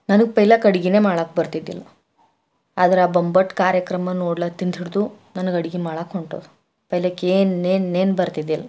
ನನಗೆ ಪೆಹಲ್ಕ್ ಅಡುಗೆನೇ ಮಾಡೋಕ್ಕೆ ಬರ್ತಿದ್ದಿಲ್ಲ ಆದರೆ ಆ ಬೊಂಬಾಟ್ ಕಾರ್ಯಕ್ರಮ ನೋಡ್ಲಾತ್ತೀನಿ ಹಿಡಿದು ನನಗೆ ಅಡುಗೆ ಮಾಡ್ಲಿಕ್ಕೆ ಹೊಂಟದು ಪೆಹಲಕ್ಕೇನು ಏನು ಏನು ಬರ್ತಿದ್ದಿಲ್ಲ